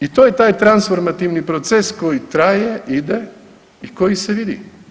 I to je taj transformativni proces koji traje, ide i koji se vidi.